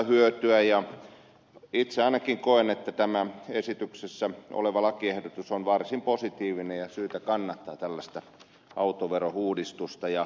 itse ainakin koen että tämä esityksessä oleva lakiehdotus on varsin positiivinen ja on syytä kannattaa tällaista autoverouudistusta